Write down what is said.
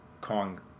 Kong